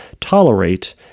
tolerate